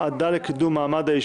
יש בחוק את עיגון מעמד של